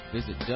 Visit